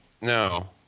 No